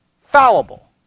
Fallible